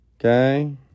okay